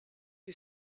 who